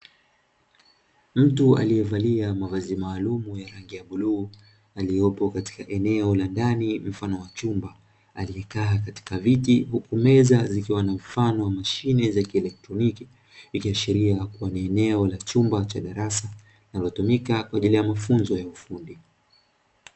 Mtu aliyevalia mavavi maalum ya rangi ya bluu aliyepo katika eneo la ndani mfano wa chumba aliyekaa katika viti huku meza zikiwa na mfano wa mashine za kielektroniki ikiashiria kuwa ni eneo la chumba cha darasa linalotumika kuendelea mafunzo ya ufundi.